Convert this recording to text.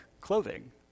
clothing